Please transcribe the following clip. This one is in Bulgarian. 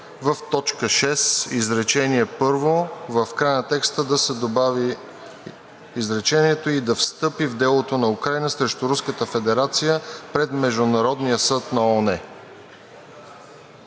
„В т. 6, изречение първо, в края на текста да се добави в изречението: „и да встъпи в делото на Украйна срещу Руската федерация пред Международния съд на ООН“.